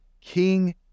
king